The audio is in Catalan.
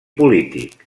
polític